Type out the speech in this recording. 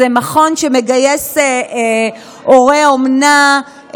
זה מכון שמגייס הורי אומנה,